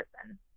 person